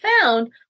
found